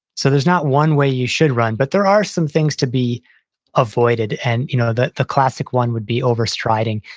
so there's not one way you should run, but there are some things to be avoided. and you know the the classic one would be over striding.